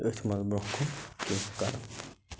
أتھۍ منٛز برٛوںٛہہ کُن کَرُن